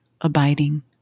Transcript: abiding